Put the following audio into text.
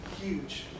Huge